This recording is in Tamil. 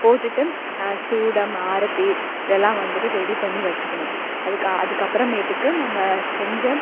போட்டுவிட்டு சூடம் ஆரத்தி இதெல்லாம் வந்துவிட்டு ரெடி பண்ணி வச்சுக்கணும் அதுக்கு அதுக்கப்புறமேட்டுக்கு நம்ம செஞ்ச